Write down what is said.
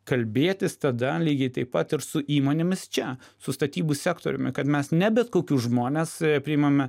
kalbėtis tada lygiai taip pat ir su įmonėmis čia su statybų sektoriumi kad mes ne bet kokius žmones priimame